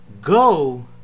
Go